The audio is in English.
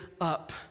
up